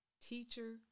teacher